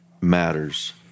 matters